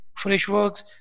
Freshworks